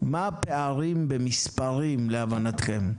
מה הפערים במספרים להבנתכם?